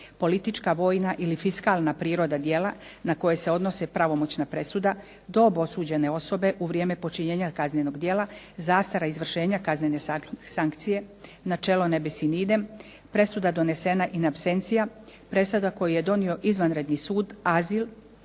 politička, vojna ili fiskalna priroda djela na koje se odnose pravomoćna presuda, .../Govornica se ne razumije./... osobe u vrijeme počinjenja kaznenog djela, zastara izvršenja kaznene sankcije, načelo ne bis in idem, presuda donesena in absencia, presuda koju je donio izvanredni sud, azil